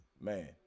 man